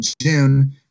June